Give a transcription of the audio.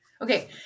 okay